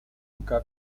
buka